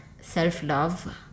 self-love